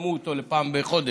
שצמצמו אותו לפעם בחודש.